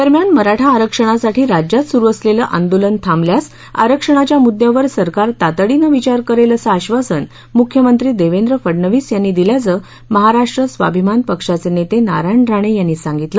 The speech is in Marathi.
दरम्यान मराठा आरक्षणासाठी राज्यात सुरू असलेलं आंदोलन थांबल्यास आरक्षणाच्या मुद्यावर सरकार तातडीनं विचार करेल असं आश्वासन मुख्यमंत्री देवेंद्र फडणवीस यांनी दिल्याचं महाराष्ट्र स्वाभिमान पक्षाचे नेते नारायण राणे यांनी सांगितलं